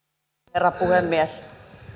herra puhemies